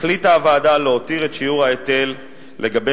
החליטה הוועדה להותיר את שיעור ההיטל לגבי